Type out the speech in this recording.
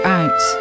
out